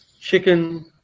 chicken